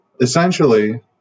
Essentially